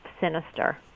sinister